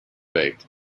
baked